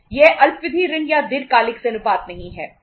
यह अल्पावधि ऋण का दीर्घकालिक से अनुपात नहीं है